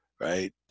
Right